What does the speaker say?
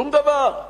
שום דבר.